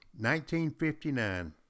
1959